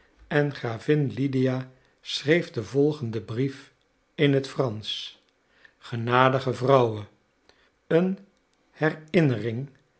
en gravin lydia schreef den volgenden brief in het fransch genadige vrouwe een herinnering